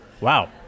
Wow